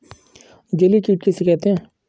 जलीय कीट किसे कहते हैं?